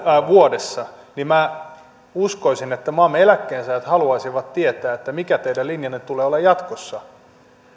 vuodessa niin uskoisin että maamme eläkkeensaajat haluaisivat tietää mikä teidän linjanne tulee olemaan jatkossa